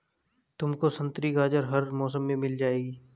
तुमको संतरी गाजर हर मौसम में मिल जाएगी